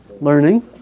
learning